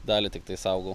dalį tiktai saugau